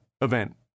event